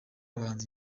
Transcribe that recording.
abahanzi